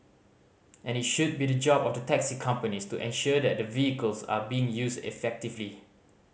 and it should be the job of the taxi companies to ensure that the vehicles are being used effectively